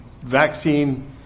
vaccine